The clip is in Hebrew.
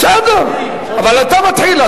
בסדר, אבל אתה מתחיל.